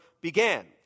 began